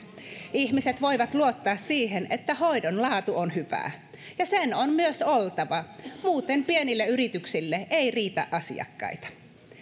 ihmiset voivat luottaa siihen että hoidon laatu on hyvää ja sen on myös oltava muuten pienille yrityksille ei riitä asiakkaita